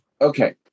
Okay